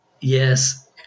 Yes